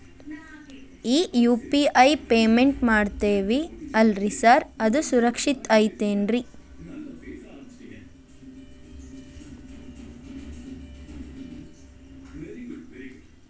ಈ UPI payment ಮಾಡ್ತೇವಿ ಅಲ್ರಿ ಸಾರ್ ಅದು ಸುರಕ್ಷಿತ್ ಐತ್ ಏನ್ರಿ?